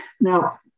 Now